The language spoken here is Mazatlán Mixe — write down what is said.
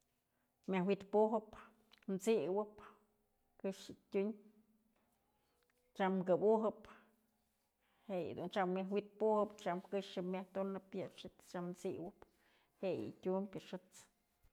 Myaj wi'it pujë, t'siwëb, këxë tyun, tyam këbujëp jëyë dun, tyam myëj wi'it pujëb tyam këxë myaj tunëp, yë xët's tyam t'siwëp, jë'e yë tyumbë yë xët's.